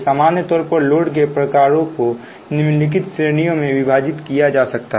सामान्य तौर पर लोड के प्रकारों को निम्नलिखित श्रेणियों में विभाजित किया जा सकता है